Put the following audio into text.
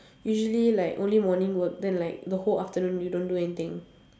usually like only morning work then like the whole afternoon you don't do anything